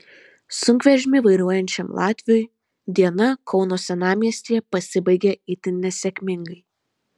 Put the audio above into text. sunkvežimį vairuojančiam latviui diena kauno senamiestyje pasibaigė itin nesėkmingai